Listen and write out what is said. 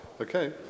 Okay